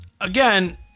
again